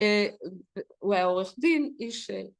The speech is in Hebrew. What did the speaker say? הוא היה עורך דין, איש...